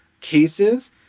cases